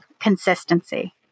consistency